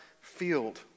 field